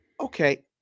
Okay